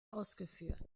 ausgeführt